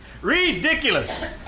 Ridiculous